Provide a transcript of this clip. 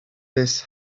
this